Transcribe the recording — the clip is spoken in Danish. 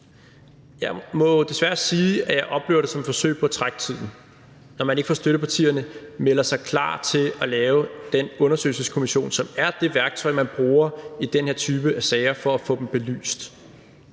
Jeg må desværre sige, at jeg oplever det som et forsøg på at trække tiden ud, når man ikke fra støttepartiernes side melder sig klar til at lave den undersøgelseskommission, som er det værktøj, man bruger i den her type sager for at få dem belyst,